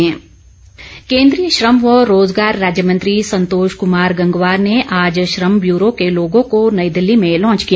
गंगवार केन्द्रीय श्रम व रोजगार राज्य मंत्री संतोष कुमार गंगवार ने आज श्रम व्यूरो के लोगो को नई दिल्ली में लाँच किया